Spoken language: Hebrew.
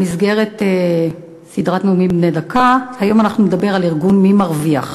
במסגרת סדרת נאומים בני דקה היום אנחנו נדבר על ארגון "מי מרוויח".